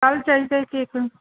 ਕੱਲ੍ਹ ਚਾਹੀਦਾ ਹੈ ਕੇਕ